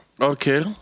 Okay